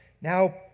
Now